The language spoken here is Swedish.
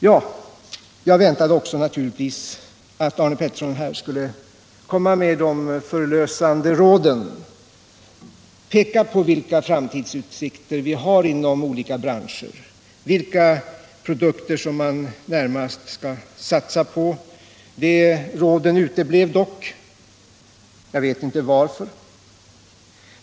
Jag väntade mig naturligtvis också att Arne Pettersson skulle komma med de förlösande råden och peka på vilka framtidsutsikter vi har inom olika branscher, vilka produkter som vi närmast skall satsa på. De råden uteblev dock — jag vet inte varför.